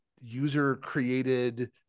user-created